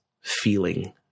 feeling